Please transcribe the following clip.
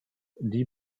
die